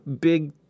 big